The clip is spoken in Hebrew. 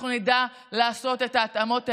אנחנו נדע לעשות את ההתאמות האלה,